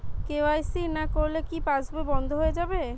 KYC না করলে কি পাশবই বন্ধ হয়ে যাবে?